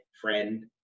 friend